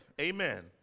amen